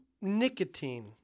Nicotine